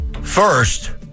First